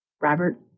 Robert